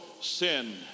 sin